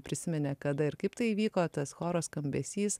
prisiminė kada ir kaip tai įvyko tas choro skambesys